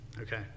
okay